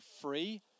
free